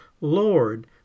Lord